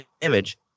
image